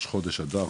ראש חודש אדר,